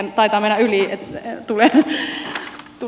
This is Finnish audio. taitaa mennä yli tulen sinne